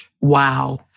Wow